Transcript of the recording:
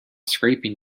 scraping